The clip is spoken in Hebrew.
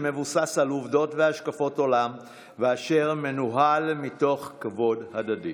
שמבוסס על עובדות והשקפת עולם ואשר מנוהל מתוך כבוד הדדי.